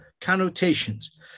connotations